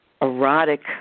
erotic